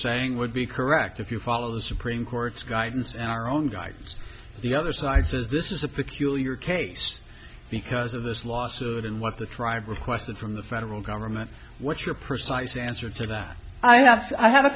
saying would be correct if you follow the supreme court's guidance and our own guides the other side says this is a peculiar case because of this lawsuit and what the tribe requested from the federal government what your precise answer to that i have i have a